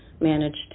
managed